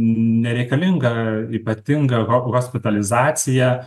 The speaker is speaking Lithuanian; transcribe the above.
nereikalinga ypatinga hospitalizacija